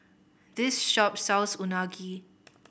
this shop sells Unagi